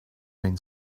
been